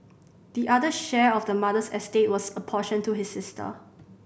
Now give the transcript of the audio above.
the other share of the mother's estate was apportioned to his sister